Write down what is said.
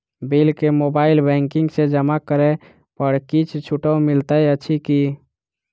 Bill केँ mobile banking सँ जमा करै पर किछ छुटो मिलैत अछि की?